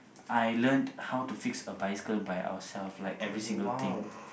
I learnt how to fix a bicycle by ourself like every single thing